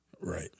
Right